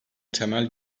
temel